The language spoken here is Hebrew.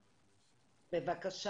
בבקשה.